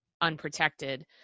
unprotected